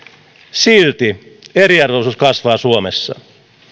silti eriarvoisuus kasvaa suomessa